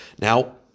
Now